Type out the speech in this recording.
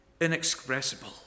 Inexpressible